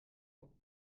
ans